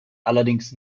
allerdings